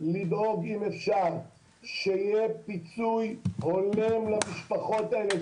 אם אפשר לדאוג שיהיה פיצוי הולם למשפחות האלה.